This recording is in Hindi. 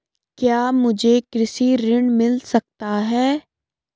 क्या मुझे कृषि ऋण मिल सकता है?